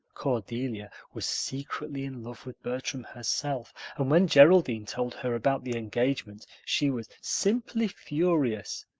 cordelia was secretly in love with bertram herself and when geraldine told her about the engagement she was simply furious,